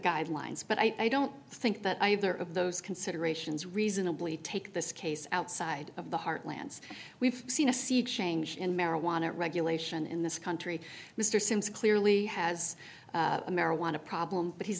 guidelines but i don't think that either of those considerations reasonably take this case outside of the heartlands we've seen a sea change in marijuana regulation in this country mr simms clearly has a marijuana problem but he's